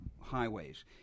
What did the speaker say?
highways